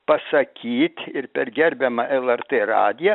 pasakyt ir per gerbiamą lrt radiją